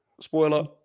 Spoiler